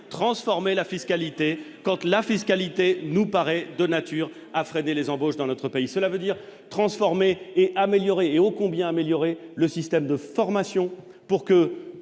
transformer la fiscalité Kant la fiscalité nous paraît de nature à freiner les embauches dans notre pays, cela veut dire transformés et améliorés et, ô combien, améliorer le système de formation pour que,